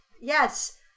Yes